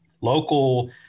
local